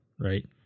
right